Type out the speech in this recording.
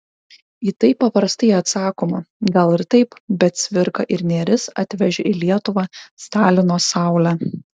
į tai paprastai atsakoma gal ir taip bet cvirka ir nėris atvežė į lietuvą stalino saulę